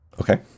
okay